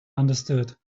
understood